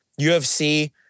UFC